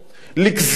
לגזול,